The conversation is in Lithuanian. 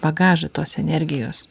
bagažą tos energijos